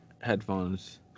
headphones